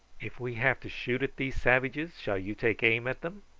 if we have to shoot at these savages shall you take aim at them?